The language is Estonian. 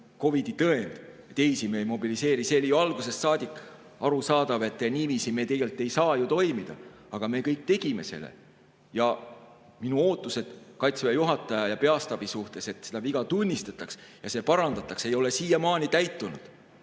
COVID‑i tõend, teisi me ei mobiliseeri. See oli algusest saadik arusaadav, et niiviisi me tegelikult ei saa toimida, aga me kõik tegime selle. Ja minu ootused Kaitseväe juhataja ja peastaabi suhtes, et seda viga tunnistatakse, see parandatakse, ei ole siiamaani täitunud.